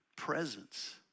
presence